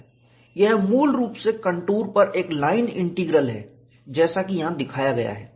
यह मूल रूप से कंटूर पर एक लाइन इंटीग्रल है जैसा कि यहां दिखाया गया है